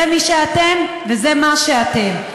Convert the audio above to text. זה מי שאתם וזה מה שאתם,